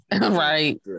right